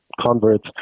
converts